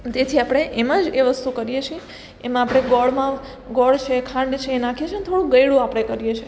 તેથી આપણે એમ જ એ વસ્તુ કરીએ છીએ એમાં આપણે ગોળમાં ગોળ છે ખાંડ છે એ નાખી છીએ ને થોળુક ગળ્યું આપણે કરીએ છીએ